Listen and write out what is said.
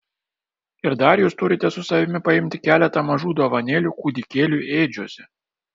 ir dar jūs turite su savimi paimti keletą mažų dovanėlių kūdikėliui ėdžiose